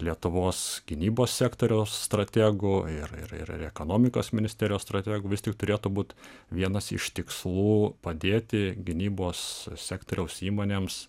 lietuvos gynybos sektoriaus strategų ir ir ir ekonomikos ministerijos strategų vis tik turėtų būt vienas iš tikslų padėti gynybos sektoriaus įmonėms